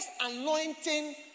anointing